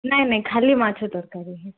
ନାହିଁ ନାହିଁ ଖାଲି ମାଛ ତରକାରି